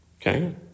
Okay